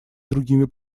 другими